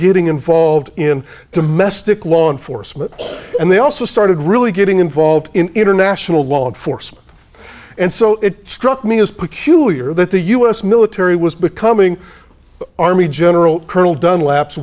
getting involved in domestic law enforcement and they also started really getting involved in international law enforcement and so it struck me as peculiar that the u s military was becoming army general colonel d